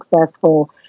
successful